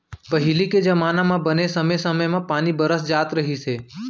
पहिली के जमाना म बने समे समे म पानी बरस जात रहिस हे